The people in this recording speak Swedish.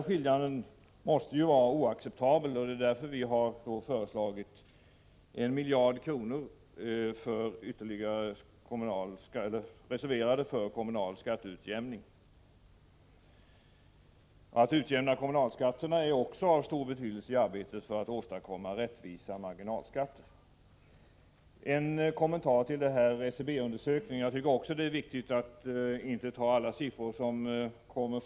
Skillnaden måste anses vara oacceptabel, och vi har därför föreslagit att ytterligare 1 miljard kronor reserveras för kommunal skatteutjämning. Att utjämna kommunalskatterna är också av stor betydelse i arbetet för att åstadkomma rättvisa marginalskatter. En kommentar till SCB-undersökningen. Även jag tycker att det är viktigt att vi inte tar alla siffror för gott.